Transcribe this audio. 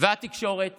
והתקשורת